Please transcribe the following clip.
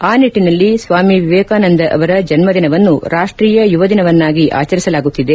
ಆ ನಿಟ್ಟನಲ್ಲಿ ಸ್ವಾಮಿವೇಕನಂದ ಅವರ ಜನ್ಮ ದಿನವನ್ನು ರಾಷ್ಟೀಯ ಯುವ ದಿನವನ್ನಾಗಿ ಆಚರಿಸಲಾಗುತ್ತಿದೆ